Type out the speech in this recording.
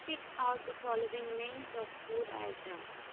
speak out the following names of food items